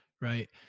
Right